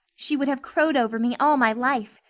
she would have crowed over me all my life.